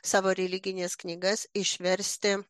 savo religines knygas išversti